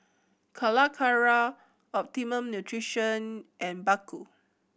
Calacara Optimum Nutrition and Baggu